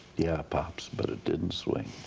yeah, pops, but it didn't swing.